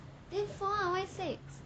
then four ah why six